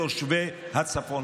בתושבי הצפון.